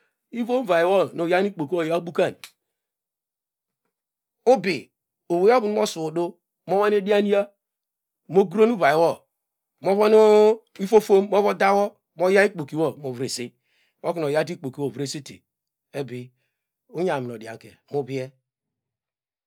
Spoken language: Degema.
Ivom vaywo nu yan ikpokiwo oyabukam ubi owei ovu nu mosuwo udu onwane dianya mo kron uvaywo mo vanu ifofom mo dawo mo yaw ikpoki wo movrese oknu oyawte ikpokiwo ovresete ebi unyam odianke mu vie.